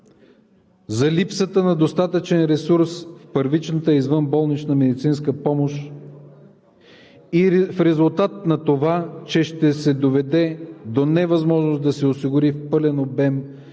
за липсата на достатъчен ресурс в първичната извънболнична медицинска помощ и в резултат на това, че ще се доведе до невъзможност да се осигури в пълен обем